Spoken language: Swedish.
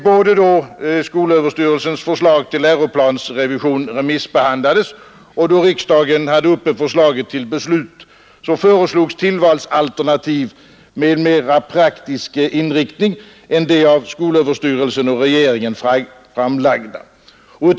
Både då skolöverstyrelsens förslag till läroplansrevision remissbehandlades och då riksdagen hade förslaget uppe till beslut föreslogs tillvalsalternativ med mera praktisk inriktning än de av skolöverstyrelsen och regeringen framlagda.